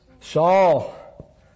Saul